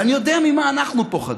ואני יודע ממה אנחנו פוחדים.